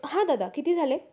हा दादा किती झाले